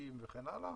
בביקושים וכן הלאה,